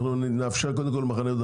אנחנו נאפשר קודם כל למחנה יהודה,